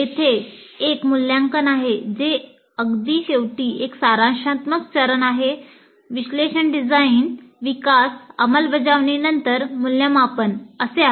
येथे एक मूल्यांकन आहे जे अगदी शेवटी एक सारांशात्मक चरण आहे विश्लेषण डिझाइन विकास अंमलबजावणी नंतर मूल्यमापन असे आहेत